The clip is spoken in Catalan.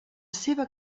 seva